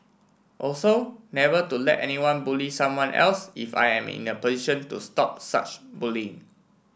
also never to let anyone bully someone else if I am in a position to stop such bullying